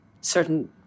certain